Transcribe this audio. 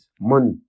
Money